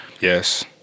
Yes